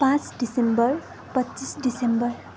पाँच डिसेम्बर पच्चिस डिसेम्बर